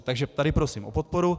Takže tady prosím o podporu.